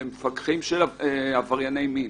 עברייני מין.